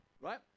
right